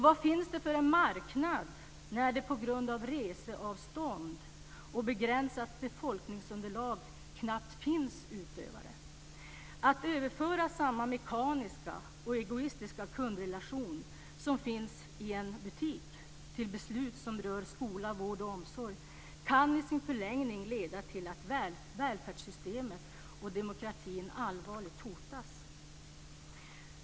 Vad finns det för en marknad när det på grund av reseavstånd och begränsat befolkningsunderlag knappt finns utövare? Att överföra samma mekaniska och egoistiska kundrelation som finns i en butik till beslut som rör skola, vård och omsorg kan i sin förlängning leda till att välfärdssystemet och demokratin allvarligt hotas.